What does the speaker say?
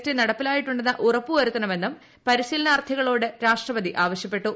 T നടപ്പിലായിട്ടു ന്ന് ഉറപ്പു വരുത്തണമെന്നും പരിശീലനാർത്ഥികളോട് രാഷ്ട്രപതി ആവശ്യപ്പെട്ടു